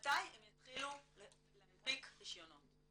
מתי הם יתחילו להנפיק רישיונות?